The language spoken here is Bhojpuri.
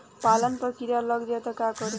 पालक पर कीड़ा लग जाए त का करी?